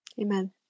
Amen